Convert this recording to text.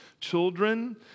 children